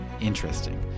interesting